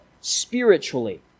Spiritually